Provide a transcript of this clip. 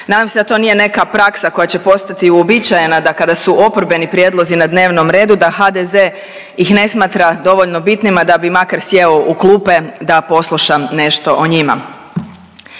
Nadam se da nije neka praksa koja će postati uobičajena da kada su oporbeni prijedlozi na dnevnom redu, da HDZ ih ne smatra dovoljno bitnima da bi makar sjeo u klupe da posluša nešto o njima.